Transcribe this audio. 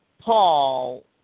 Paul